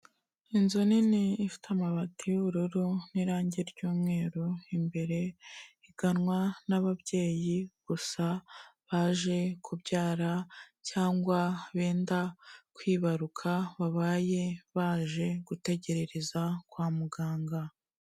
Inzu nini ifite amabati y'ubururu n'irangi ry'umweru imbere, iganwa n'ababyeyi gusa baje kubyara cyangwa benda kwibaruka; babaye baje gutegererereza kwa muganga.